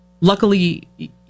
luckily